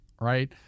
right